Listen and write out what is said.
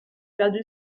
perdu